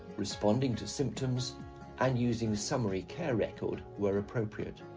responding to symptoms and using summary care record where appropriate.